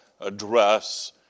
address